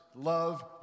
love